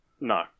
No